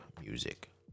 music